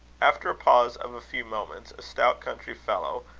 after a pause of a few moments, a stout country fellow,